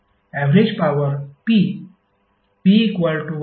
average power P